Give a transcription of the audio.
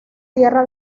tierra